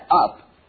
up